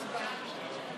הממשלה (תיקון, הגבלת כהונת ראש הממשלה),